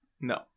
no